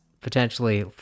potentially